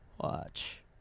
Watch